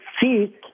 see